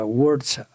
words